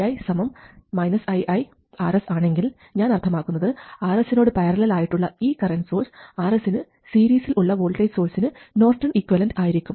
Vi iiRs ആണെങ്കിൽ ഞാൻ അർത്ഥമാക്കുന്നത് Rs നോട് പാരലൽ ആയിട്ടുള്ള ഈ കറൻറ് സോഴ്സ് Rs നു സീരീസിൽ ഉള്ള വോൾട്ടേജ് സോഴ്സിനു നോർട്ടൺ ഇക്വിവാലന്റ് ആയിരിക്കും